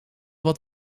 wat